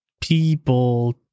people